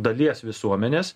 dalies visuomenės